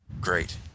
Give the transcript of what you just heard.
Great